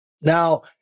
Now